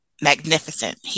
magnificent